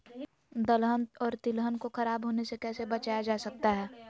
दलहन और तिलहन को खराब होने से कैसे बचाया जा सकता है?